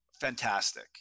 fantastic